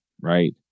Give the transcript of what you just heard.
right